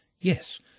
Yes